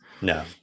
No